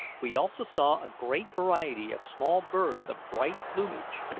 we also saw a great variety of small birds of bright plumage,